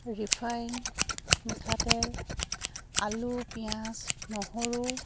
refined মিঠাতেল আলু পিঁয়াজ নহৰু